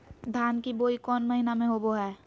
धान की बोई कौन महीना में होबो हाय?